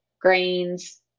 grains